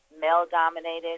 Male-dominated